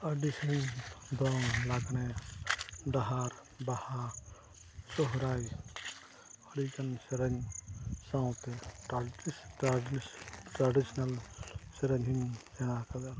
ᱟᱹᱰᱤ ᱥᱮᱨᱮᱧ ᱫᱚᱝ ᱞᱟᱜᱽᱬᱮ ᱰᱟᱦᱟᱨ ᱵᱟᱦᱟ ᱥᱚᱦᱚᱨᱟᱭ ᱦᱩᱭ ᱠᱟᱱ ᱥᱮᱨᱮᱧ ᱥᱟᱶᱛᱮ ᱴᱨᱟᱰᱤᱥᱳᱱᱟᱞ ᱥᱮᱨᱮᱧ ᱦᱚᱧ ᱥᱮᱬᱟ ᱟᱠᱟᱫᱟ